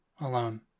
alone